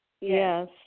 Yes